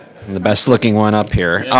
the best looking one up here.